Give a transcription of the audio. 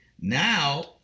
now